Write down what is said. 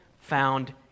found